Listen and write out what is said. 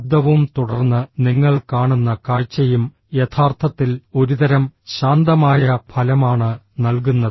ശബ്ദവും തുടർന്ന് നിങ്ങൾ കാണുന്ന കാഴ്ചയും യഥാർത്ഥത്തിൽ ഒരുതരം ശാന്തമായ ഫലമാണ് നൽകുന്നത്